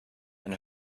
and